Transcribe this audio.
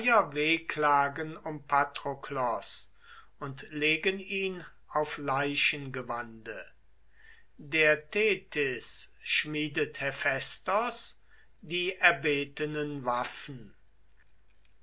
wehklagen um patroklos und legen ihn auf leichengewande der thetys schmiedet hephästos die erbetenen waffen